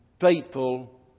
faithful